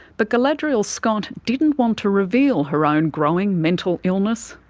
but galadriel scott didn't want to reveal her own growing mental illness,